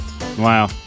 Wow